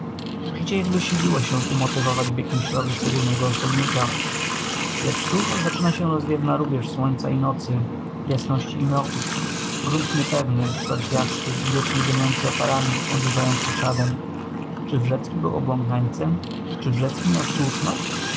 życie jakby siliło się umotywować bieg myślowy szczególnego osobnika lecz tu zaczyna się rozwiewna rubież słońca i nocy jasności i mroków grunt niepewny torfiasty wiecznie dymiący oparami odurzający czadem czy wrzecki był obłąkańcem czy wrzecki miał słuszność